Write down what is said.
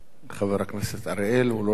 חבר הכנסת אריאל, הוא לא נמצא.